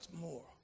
more